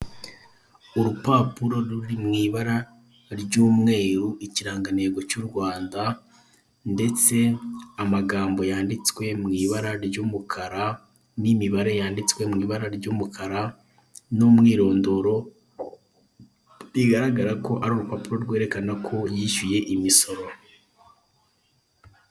Urupapuro ruri mw'ibara ry'umweru, ikirangantego cy'u Rwanda, ndetse amagambo yanditswe mw'ibara ry'umukara n'imibare yanditswe mw'ibara ry'umukara, n'umwirondoro. Bigaragara ko ari urupapuro rwerekana ko yishyuye imisoro.